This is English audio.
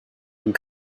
and